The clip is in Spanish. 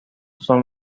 son